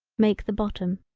make the bottom.